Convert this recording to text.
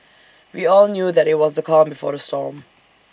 we all knew that IT was the calm before the storm